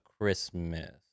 Christmas